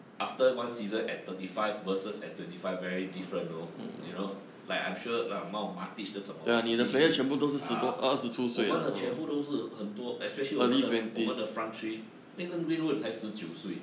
after one season at thirty five versus at twenty five very different know you know like I'm sure the amount of ma~ teach 这种 hor at dec~ ah 我们的全部都是很多 especially 我们的我们的 front three next 是 winroth 才十九岁